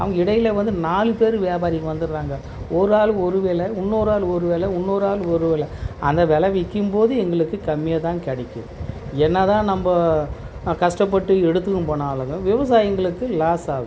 அவங்க இடையில் வந்து நாலு பேர் வியாபாரிங்க வந்துடுறாங்க ஒரு ஆள் ஒரு வெலை இன்னோரு ஆள் ஒரு வெலை இன்னோரு ஆள் ஒரு வெலை அந்த வெலை விற்கிம்போது எங்களுக்கு கம்மியாக தான் கிடைக்கும் என்னதான் நம்ம கஷ்டப்பட்டு எடுத்துன்னு போனாலும் விவசாயிங்களுக்கு லாஸ் ஆகுது